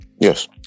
Yes